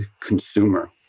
consumer